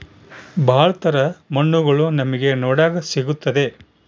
ಭಾಳ ತರ ಮಣ್ಣುಗಳು ನಮ್ಗೆ ನೋಡಕ್ ಸಿಗುತ್ತದೆ